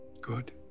Good